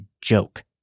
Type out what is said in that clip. joke